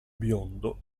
biondo